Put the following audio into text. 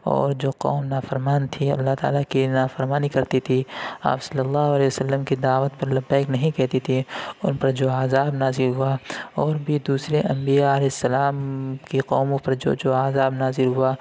اور جو قوم نافرمان تھی اللہ تعالیٰ کی نافرمانی کرتی تھی آپ صلی اللہ علیہ وسلم کی دعوت پر لبیک نہیں کہتی تھی اور اُن پر جو عذاب نازل ہُوا اور بھی دوسرے انبیاء علیہ السلام کی قوموں پر جو جو عذاب نازل ہُوا